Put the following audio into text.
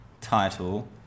title